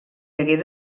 hagué